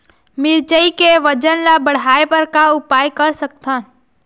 मिरचई के वजन ला बढ़ाएं बर का उपाय कर सकथन?